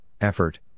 effort